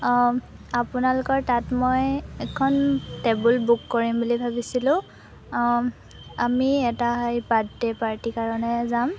আপোনালোকৰ তাত মই এখন টেবুল বুক কৰিম বুলি ভাবিছিলোঁ আমি এটা সেই বাৰ্থডে' পাৰ্টিৰ কাৰণে যাম